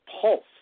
pulse